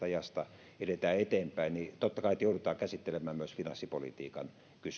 ajasta edetään eteenpäin totta kai tullaan joutumaan käsittelemään myös finanssipolitiikan